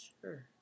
sure